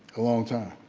a long time